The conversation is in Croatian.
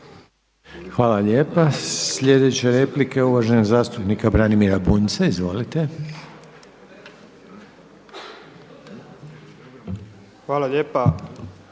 Hvala lijepa. Sljedeća replika je uvaženog zastupnika Branimira Bunjca. Izvolite. **Bunjac,